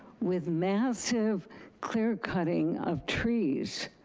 with massive clear-cutting of trees,